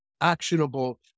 actionable